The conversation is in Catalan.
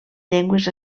llengües